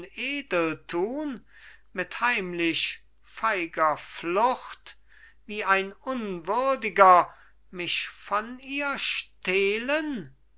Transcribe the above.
unedel tun mit heimlich feiger flucht wie ein unwürdiger mich von ihr stehlen